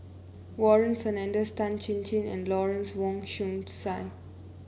Warren Fernandez Tan Chin Chin and Lawrence Wong Shyun Tsai